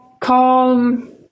calm